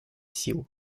сил